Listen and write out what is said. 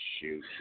shoot